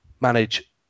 manage